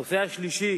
הנושא השלישי